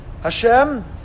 Hashem